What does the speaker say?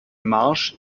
marsch